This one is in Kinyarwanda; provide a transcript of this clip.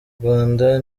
rwanda